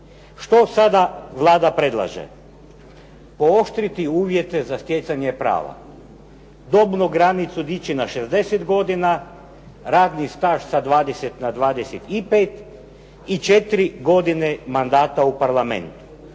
Što sada Vlada predlaže? Pooštriti uvjete za stjecanje prava. Dobnu granicu dići na 60 godina, radni staž sa 20 na 25 i četiri godine mandata u parlamentu.